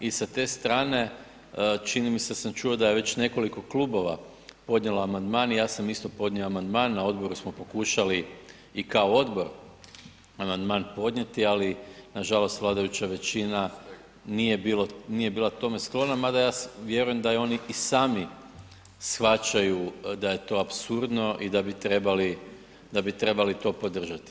I sa te strane čini mi se da sam čuo da je već nekoliko klubova podnijelo amandman i ja sam isto podnio amandman, na odboru smo pokušali i kao odbor amandman podnijeti, ali nažalost vladajuća većina nije bila tome sklona mada ja vjerujem da i oni sami shvaćaju da je to apsurdno i da bi trebali to podržati.